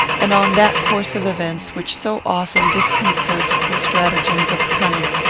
and on that course of events which so often disconcerts the stratagems of cunning.